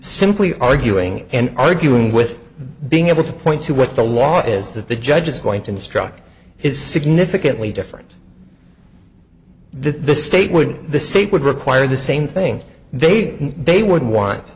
simply arguing and arguing with being able to point to what the law is that the judge is going to instruct is significantly different that the state would the state would require the same thing they did they would want